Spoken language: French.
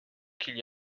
qu’il